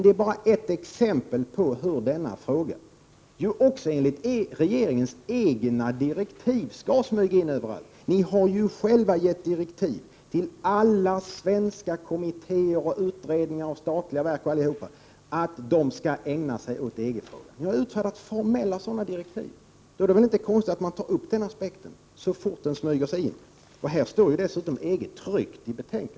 Detta är bara exempel på hur denna fråga — också enligt regeringens egna direktiv — skall smyga in överallt. Ni har ju själva gett direktiv till alla svenska kommittéer, utredningar, statliga verk m.m. att de skall ägna sig åt Prot. 1988/89:45 EG-frågan. Ni har utfärdat formella direktiv om detta. Då är det väl inte 14 december 1988 konstigt att man tar upp den aspekten så fort den smyger sig in.